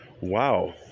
wow